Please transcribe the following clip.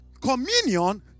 Communion